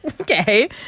Okay